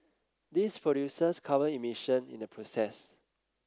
this produces carbon emission in the process